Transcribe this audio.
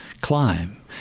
climb